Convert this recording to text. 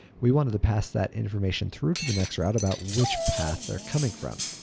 we wanted to pass that information through to the next route about which path they're coming from.